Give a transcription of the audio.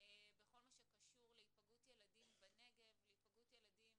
בכל מה שקשור להיפגעות ילדים בנגב, להיפגעות ילדים